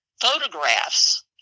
photographs